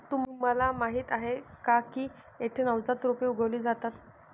तुम्हाला माहीत आहे का की येथे नवजात रोपे उगवली जातात